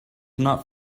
not